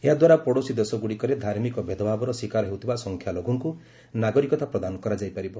ଏହା ଦ୍ୱାରା ପଡ଼ୋଶୀ ଦେଶଗୁଡ଼ିକରେ ଧାର୍ମିକ ଭେଦଭାବର ଶିକାର ହେଉଥିବା ସଂଖ୍ୟାଲଘୁଙ୍କୁ ନାଗରିକତା ପ୍ରଦାନ କରାଯାଇ ପାରିବ